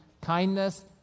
kindness